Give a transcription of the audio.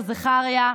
חבר הכנסת האוזר,